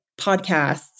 podcasts